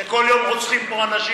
כשכל יום רוצחים פה אנשים,